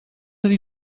ydy